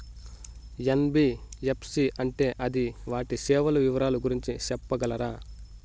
NBFC అంటే అది వాటి సేవలు వివరాలు గురించి సెప్పగలరా?